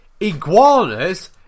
iguanas